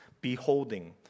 beholding